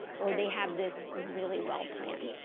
or they have this really well planned.